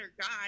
God